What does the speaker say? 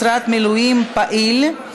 משרת מילואים פעיל),